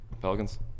Pelicans